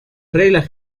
reglas